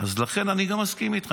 לכן אני גם מסכים איתך.